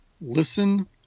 listen